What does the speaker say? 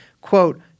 quote